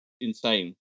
insane